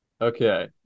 Okay